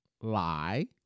lie